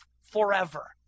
forever